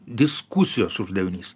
diskusijos uždavinys